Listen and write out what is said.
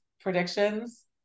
predictions